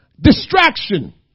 Distraction